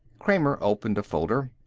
kramer opened a folder.